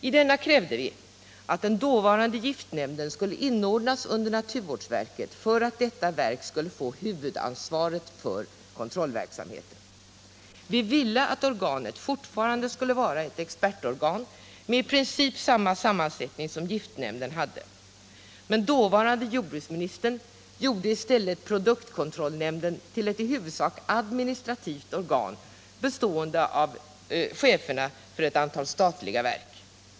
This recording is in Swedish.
I denna krävde vi att den då Om giftspridningen varande giftnämnden skulle inordnas under naturvårdsverket för att detta — i Teckomatorp, verk skulle få huvudansvaret för kontrollverksamheten. Vi ville att or = m.m. ganet fortfarande skulle vara ett expertorgan med i princip samma sammansättning som giftnämnden hade, men dåvarande jordbruksministern gjorde i stället produktkontrollnämnden till ett i huvudsak administrativt organ bestående av cheferna för ett antal statliga verk.